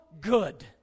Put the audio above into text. good